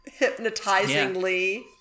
Hypnotizingly